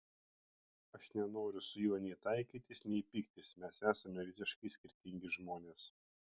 aš nenoriu su juo nei taikytis nei pyktis mes esame visiškai skirtingi žmonės